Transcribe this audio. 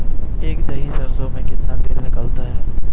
एक दही सरसों में कितना तेल निकलता है?